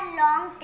long